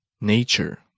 Nature